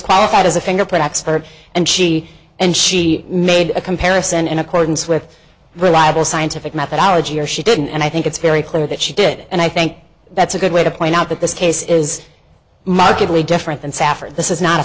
qualified as a fingerprint expert and she and she made a comparison in accordance with reliable scientific methodology or she didn't and i think it's very clear that she did it and i think that's a good way to point out that this case is markedly different than safford this is not a